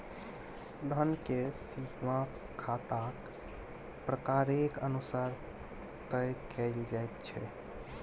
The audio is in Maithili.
धन केर सीमा खाताक प्रकारेक अनुसार तय कएल जाइत छै